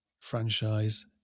franchise